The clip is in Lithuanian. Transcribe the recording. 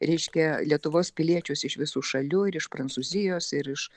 reiškia lietuvos piliečius iš visų šalių ir iš prancūzijos ir iš